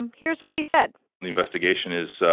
um here's what he said the investigation is,